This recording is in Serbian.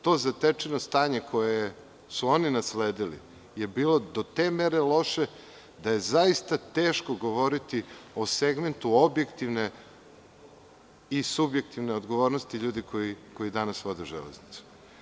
To zatečeno stanje koje su oni nasledili je bilo do te mere loše da je zaista teško govoriti o segmentu objektivne i subjektivne odgovornosti ljudi koji danas vode železnicu.